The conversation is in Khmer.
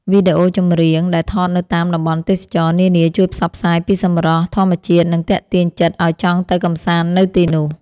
វីដេអូចម្រៀងដែលថតនៅតាមតំបន់ទេសចរណ៍នានាជួយផ្សព្វផ្សាយពីសម្រស់ធម្មជាតិនិងទាក់ទាញចិត្តឱ្យចង់ទៅកម្សាន្តនៅទីនោះ។